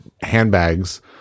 handbags